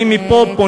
אני מפה פונה,